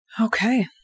Okay